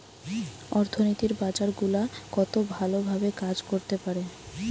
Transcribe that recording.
অর্থনীতির বাজার গুলা কত ভালো ভাবে কাজ করতে পারে